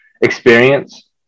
experience